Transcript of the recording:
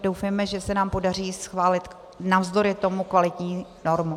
Doufejme, že se nám podaří schválit navzdory tomu kvalitní normu.